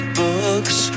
books